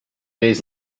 days